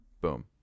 Boom